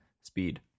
Speed